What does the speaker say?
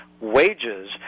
wages